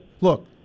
look